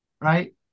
right